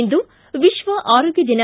ಇಂದು ವಿಶ್ವ ಆರೋಗ್ಯ ದಿನ